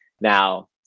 Now